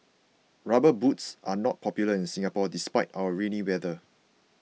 rubber boots are not popular in Singapore despite our rainy weather